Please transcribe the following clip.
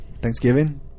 thanksgiving